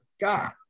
God